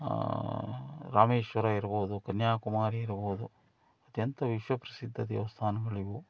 ರಾಮೇಶ್ವರ ಇರ್ಬೋದು ಕನ್ಯಾಕುಮಾರಿ ಇರ್ಬೋದು ಅತ್ಯಂತ ವಿಶ್ವಪ್ರಸಿದ್ಧ ದೇವಸ್ಥಾನಗಳಿವು